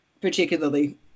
particularly